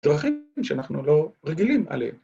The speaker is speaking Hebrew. דרכים שאנחנו לא רגילים עליהן.